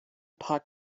paar